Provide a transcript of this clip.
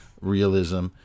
realism